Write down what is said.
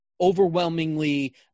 overwhelmingly